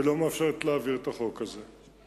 ולא מאפשרת להעביר את החוק הזה.